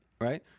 right